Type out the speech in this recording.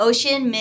Ocean